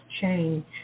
change